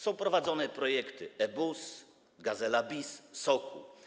Są prowadzone projekty: E-bus, Gazela bis, Sokół.